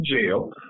Jail